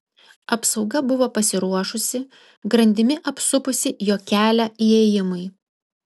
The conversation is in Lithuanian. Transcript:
apsauga buvo pasiruošusi grandimi apsupusi jo kelią įėjimui